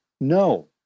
no